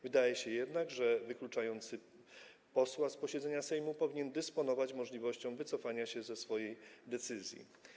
Wydaje się jednak, że wykluczający posła z posiedzenia Sejmu powinien dysponować możliwością wycofania się ze swojej decyzji.